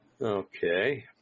Okay